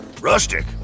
rustic